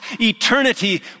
eternity